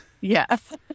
yes